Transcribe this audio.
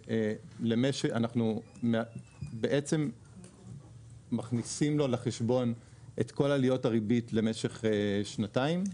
אנחנו בעצם מכניסים לו לחשבון את כל עלויות הריבית למשך שנתיים,